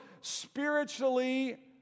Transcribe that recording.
spiritually